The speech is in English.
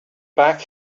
back